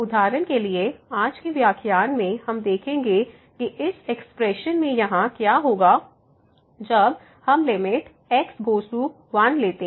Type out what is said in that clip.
उदाहरण के लिए आज के व्याख्यान में हम देखेंगे कि इस एक्सप्रेशन में यहां sin x 1 जब हम लिमिट x गोस टु 1 लेते हैं